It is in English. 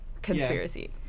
conspiracy